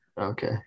Okay